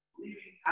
leaving